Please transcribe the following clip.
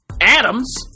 Adams